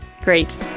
Great